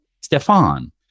Stefan